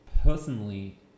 personally